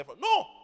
No